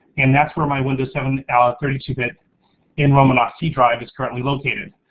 and that's for my windows seven ah ah thirty two bit nromanoff-c-drive is currently located.